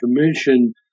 Commission